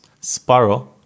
Sparrow